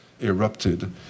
erupted